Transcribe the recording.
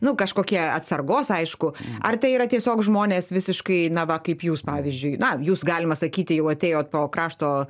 nu kažkokie atsargos aišku ar tai yra tiesiog žmonės visiškai na va kaip jūs pavyzdžiui na jūs galima sakyti jau atėjot po krašto